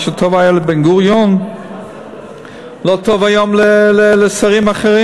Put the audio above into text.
שמה שטוב היה לבן-גוריון לא טוב לשרים אחרים